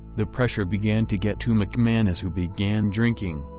the pressure began to get to mcmanus who began drinking,